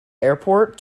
airport